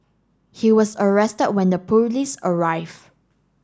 he was arrested when the police arrive